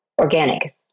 organic